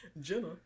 Jenna